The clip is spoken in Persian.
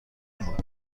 بود